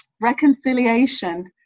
Reconciliation